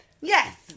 yes